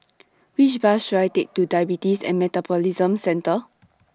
Which Bus should I Take to Diabetes and Metabolism Centre